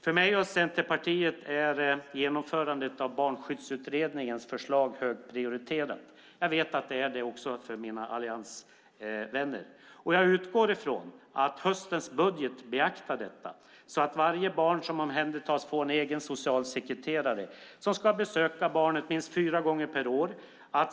För mig och Centerpartiet är genomförandet av Barnskyddsutredningens förslag högprioriterat, och jag vet att det också är det för mina alliansvänner. Jag utgår från att höstens budget beaktar detta så att varje barn som omhändertas får en egen socialsekreterare som ska besöka barnet minst fyra gånger per år.